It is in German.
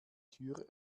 tür